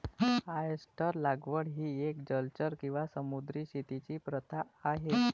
oyster लागवड ही एक जलचर किंवा समुद्री शेतीची प्रथा आहे